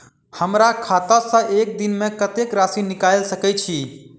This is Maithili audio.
हमरा खाता सऽ एक दिन मे कतेक राशि निकाइल सकै छी